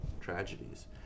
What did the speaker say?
tragedies